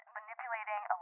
manipulating